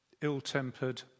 ill-tempered